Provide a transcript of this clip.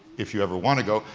if you ever want to go.